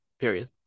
period